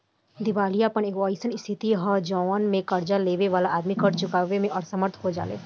दिवालियापन एगो अईसन स्थिति ह जवना में कर्ज लेबे वाला आदमी कर्ज चुकावे में असमर्थ हो जाले